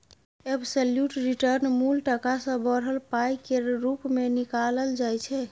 absolute return मुल टका सँ बढ़ल पाइ केर रुप मे निकालल जाइ छै